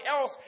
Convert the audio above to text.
else